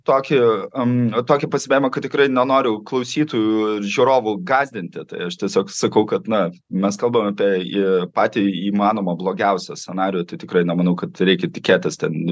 tokį am tokį pastebėjimą kad tikrai nenoriu klausytojų žiūrovų gąsdinti tai aš tiesiog sakau kad na mes kalbam apie patį įmanomą blogiausią scenarijų tai tikrai nemanau kad reikia tikėtis ten